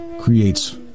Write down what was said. creates